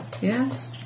yes